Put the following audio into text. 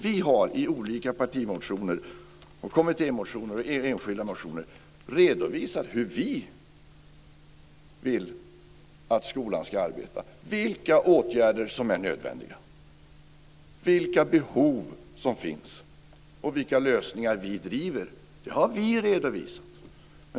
Vi har i olika partimotioner, kommittémotioner och enskilda motioner redovisat hur vi vill att skolan ska arbeta, vilka åtgärder som är nödvändiga, vilka behov som finns och vilka lösningar vi driver. Det har vi redovisat.